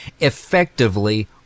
effectively